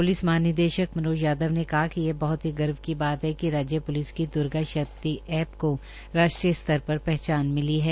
police महानिदेशक मनोज यादव ने कहा कि यह बहत ही गर्व की बात है कि राज्य प्लिस की द्र्गा शक्ति ऐप को राष्ट्रीय स्तर पर पहचान मिली है